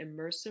immersive